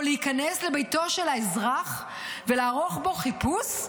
או להיכנס לביתו של האזרח ולערוך בו חיפוש,